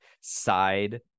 side